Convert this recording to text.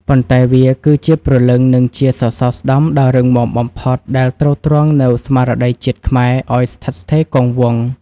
ប៉ុន្តែវាគឺជាព្រលឹង និងជាសសរស្តម្ភដ៏រឹងមាំបំផុតដែលទ្រទ្រង់នូវស្មារតីជាតិខ្មែរឱ្យស្ថិតស្ថេរគង់វង្ស។